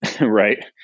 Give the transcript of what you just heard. right